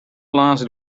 glance